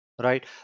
right